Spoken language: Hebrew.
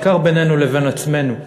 בעיקר בינינו לבין עצמנו,